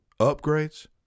Upgrades